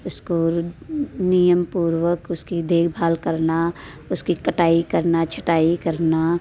उसको नियमपूर्वक उसकी देखभाल करना उसकी कटाई करना छटाई करना